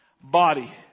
body